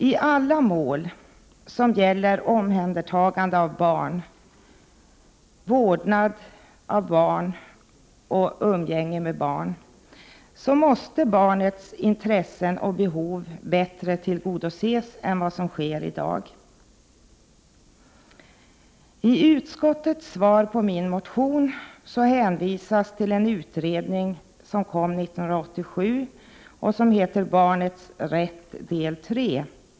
I alla mål som gäller omhändertagande av barn — vårdnad av barn och umgänge med barn — måste barnets intressen och behov tillgodoses bättre än vad som sker i dag. I utskottets svar på min motion hänvisas till en utredning från 1987, Barnets rätt 3.